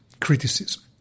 criticism